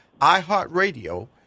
iHeartRadio